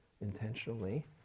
intentionally